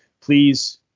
please